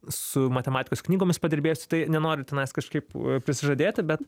su matematikos knygomis padirbėsiu tai nenoriu tenais kažkaip prisižadėti bet